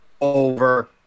over